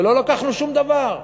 ולא לקחנו שום דבר,